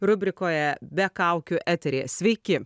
rubrikoje be kaukių eteryje sveiki